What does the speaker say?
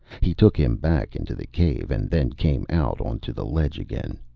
he took him back into the cave and then came out onto the ledge again.